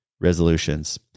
resolutions